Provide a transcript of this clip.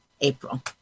April